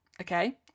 okay